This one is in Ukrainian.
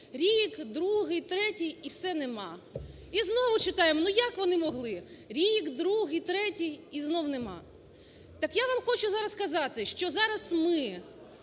рік, другий, третій і все нема. І знову читаємо, ну, як вони могли. Рік, другий, третій і знову нема. Так я вам хочу зараз сказати, що зараз ми